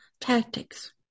tactics